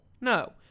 No